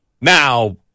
now